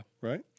Right